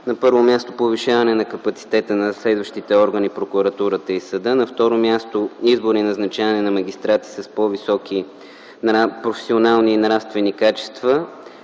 На първо място, повишаване капацитета на разследващите органи, прокуратурата и съда; на второ място – избор и назначаване на магистрати с по-високи професионални и нравствени качества;